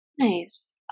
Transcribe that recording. Nice